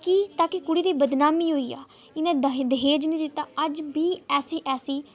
कि तां जे कुड़ी दी बदनामी होई जा इ'नें गी दाज नेईं दित्ता अज्ज बी ऐसी ऐसी